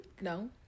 No